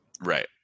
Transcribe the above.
Right